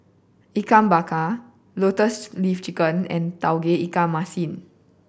Ikan Bakar Lotus Leaf Chicken and Tauge Ikan Masin